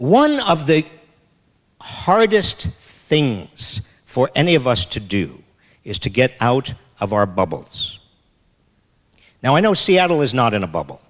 one of the hardest things for any of us to do is to get out of our bubbles now i know seattle is not in a bubble